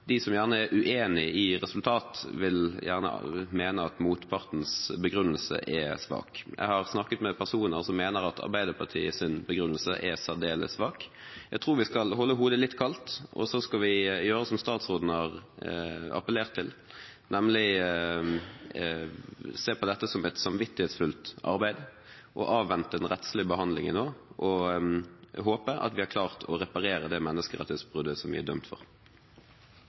motpartens begrunnelse er svak. Jeg har snakket med personer som mener at Arbeiderpartiets begrunnelse er særdeles svak. Jeg tror vi skal holde hodet litt kaldt, og så skal vi gjøre som statsråden har appellert til, nemlig å se på dette som et samvittighetsfullt arbeid og avvente en rettslig behandling. Jeg håper at vi har klart å reparere det menneskerettighetsbruddet som vi er dømt for.